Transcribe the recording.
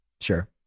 Sure